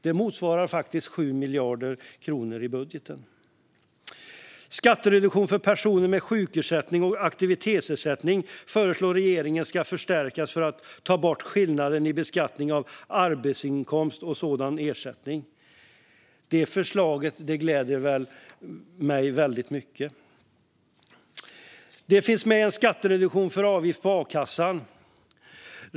Det motsvarar 7 miljarder kronor i budgeten. Skattereduktionen för personer med sjukersättning och aktivitetsersättning föreslår regeringen ska förstärkas för att ta bort skillnaden mellan beskattning av arbetsinkomst och sådan ersättning. Det förslaget gläder mig väldigt mycket. En skattereduktion för avgift till a-kassan finns med.